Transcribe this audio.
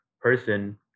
person